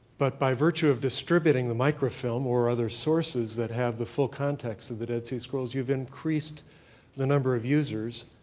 but by virtue of distributing the microfilm or other sources that have the full context of the dead sea scrolls, you've increased the number of users.